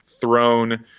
thrown